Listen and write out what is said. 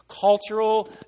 cultural